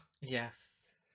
Yes